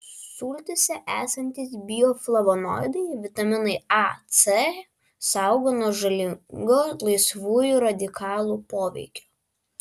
sultyse esantys bioflavonoidai vitaminai a c saugo nuo žalingo laisvųjų radikalų poveikio